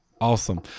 Awesome